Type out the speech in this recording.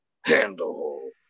handle